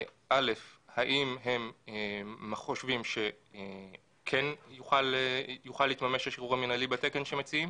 1. האם הם חושבים שכן יוכל להתממש השחרור המינהלי בתקן שמציעים,